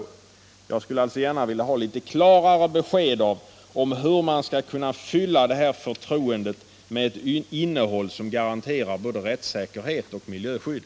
Jag skulle alltså gärna vilja ha litet klarare besked om hur man skall kunna fylla det här förtroendet med innehåll som garanterar både rättssäkerhet och miljöskydd.